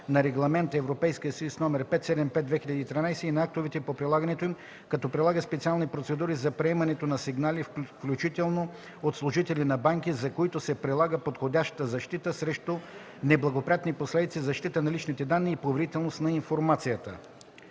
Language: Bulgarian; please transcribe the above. на Регламент (ЕС) № 575/2013 и на актовете по прилагането им, като прилага специални процедури за приемането на сигнали, включително от служители на банки, за които се прилага подходяща защита срещу неблагоприятни последици, защита на личните данни и поверителност на информацията.”